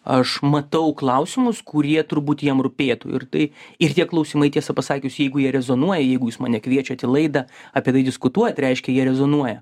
aš matau klausimus kurie turbūt jiem rūpėtų ir tai ir tie klausimai tiesa pasakius jeigu jie rezonuoja jeigu jūs mane kviečiat į laidą apie tai diskutuot reiškia jie rezonuoja